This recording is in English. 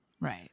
Right